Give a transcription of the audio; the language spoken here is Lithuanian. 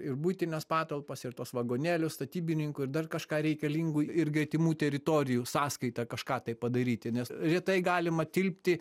ir buitines patalpas ir tuos vagonėlius statybininkų ir dar kažką reikalingų ir gretimų teritorijų sąskaita kažką tai padaryti nes retai galima tilpti